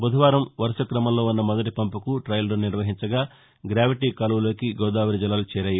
బుధవారం వరుస క్రమంలో ఉన్న మొదటి పంపునకు టయల్ రన్ నిర్వహించగా గ్రావిటీ కాలువలోకి గోదావరి జలాలు చేరాయి